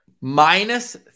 Minus